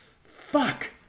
Fuck